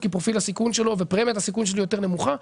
כי פרופיל הסיכון שלו ופרמיית הסיכון שלי יותר נמוכה.